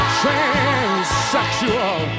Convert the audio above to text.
transsexual